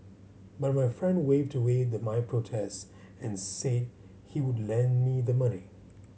but my friend waved away my protest and said he would lend me the money